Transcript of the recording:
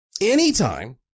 Anytime